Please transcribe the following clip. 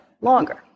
longer